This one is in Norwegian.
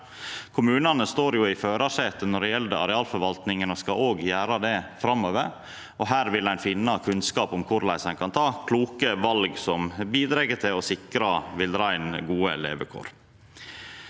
Kommunane står i førarsetet når det gjeld arealforvaltninga, og skal òg gjera det framover, og her vil ein finna kunnskap om korleis ein kan ta kloke val som bidreg til å sikra villreinen gode levekår.